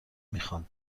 میخان